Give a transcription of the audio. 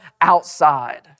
outside